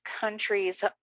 countries